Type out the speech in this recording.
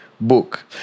book